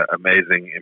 amazing